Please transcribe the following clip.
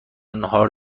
ناهار